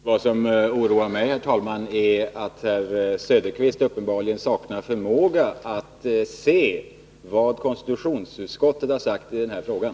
Herr talman! Vad som oroar mig är att herr Söderqvist uppenbarligen saknar förmåga att se vad konstitutionsutskottet har sagt i den här frågan.